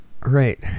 right